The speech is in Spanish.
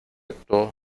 actuó